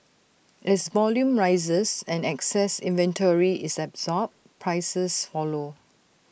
as volume rises and excess inventory is absorbed prices follow